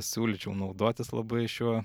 siūlyčiau naudotis labai šiuo